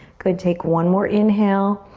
good, take one more inhale.